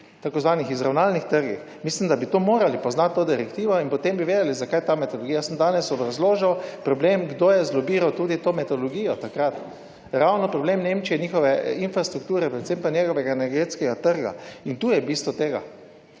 tako zvanih izravnalnih trgih. Mislim, da bi to morali poznati, to direktivo in potem bi vedeli zakaj je ta metodologija. Sem danes obrazložil problem, kdo je zlobiral tudi to metodologijo takrat. Ravno problem Nemčije in njihove infrastrukture, predvsem pa njegovega energetskega trga in tu je bistvo tega.